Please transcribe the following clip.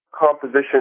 Composition